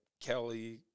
Kelly